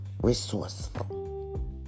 resourceful